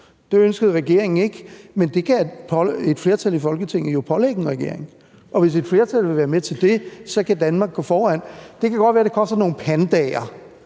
Det ønskede regeringen ikke, men det kan et flertal i Folketinget jo pålægge en regering, og hvis et flertal vil være med til det, kan Danmark gå foran. Det kan godt være, at det koster nogle